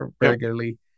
regularly